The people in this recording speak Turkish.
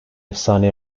efsane